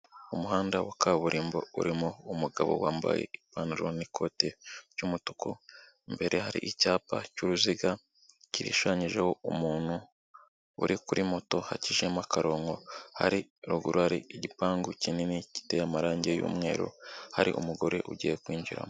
Umuhanda wa kaburimbo urimo umugabo wambaye ipantaro n'ikoti ry'umutuku imbere hari icyapa cy'uruziga kishushanyijeho umuntu uri kuri moto hakijemo akarongo hari ruguru hari igipangu kinini kiteye amarange y'umweru hari umugore ugiye kwinjiramo.